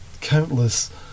countless